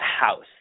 house